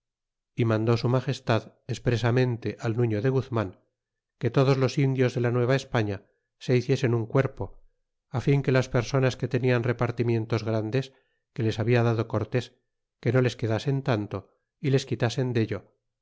y mandó su magestad expresamente al nufio de guzman que todos los indios de la nueva españa se hiciesen un cuerpo fin que las personas que tenian repartimientos grandes que les habla dado cortés que no les quedasen tanto y les quitasen dello